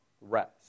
rest